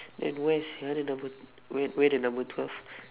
then where's another number where where the number twelve